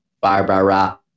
Barbara